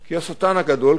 כי "השטן הגדול",